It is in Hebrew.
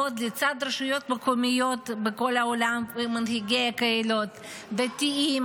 לעבוד לצד רשויות מקומיות בכל העולם ומנהיגי קהילות דתיים,